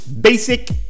basic